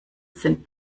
sind